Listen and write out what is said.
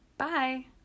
Bye